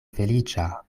feliĉa